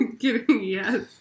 Yes